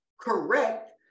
correct